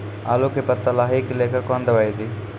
आलू के पत्ता लाही के लेकर कौन दवाई दी?